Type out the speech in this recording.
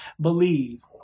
believe